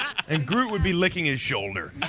and groot would be licking his shoulder.